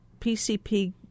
PCP